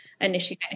initiating